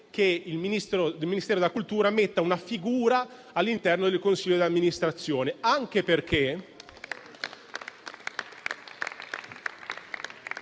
che il Ministero della cultura metta una figura all'interno del consiglio di amministrazione.